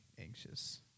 anxious